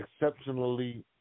exceptionally